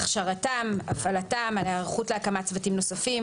הכשרתם והפעלתם ועל ההיערכות להקמתם של צוותים